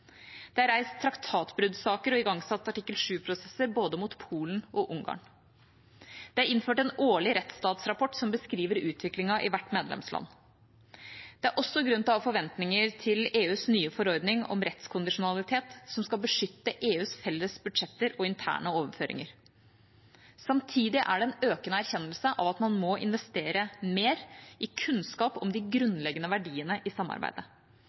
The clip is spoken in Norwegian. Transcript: Det er reist traktatbruddsaker og igangsatt artikkel 7-prosesser mot både Polen og Ungarn. Det er innført en årlig rettsstatsrapport som beskriver utviklingen i hvert medlemsland. Det er også grunn til å ha forventninger til EUs nye forordning om rettskondisjonalitet, som skal beskytte EUs felles budsjetter og interne overføringer. Samtidig er det en økende erkjennelse av at man må investere mer i kunnskap om de grunnleggende verdiene i samarbeidet.